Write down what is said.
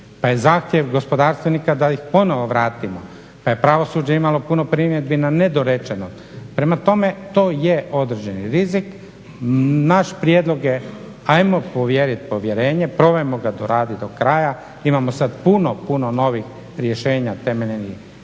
Taj zahtjev gospodarstvenika da ih ponovno vratimo, pa je pravosuđe imalo puno primjedbi na nedorečeno. Prema tome, to je određeni rizik. Naš prijedlog je, ajmo povjerit povjerenje, probajmo ga doradit do kraja. Imamo sad puno, puno novih rješenja temeljenih